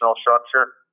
structure